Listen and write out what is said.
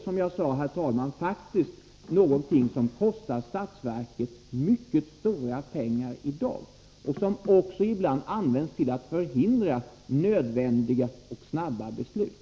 Som jag sade, herr talman, kostar faktiskt utredningarna statsverket mycket stora pengar i dag, och de används ibland till att förhindra nödvändiga och snabba beslut.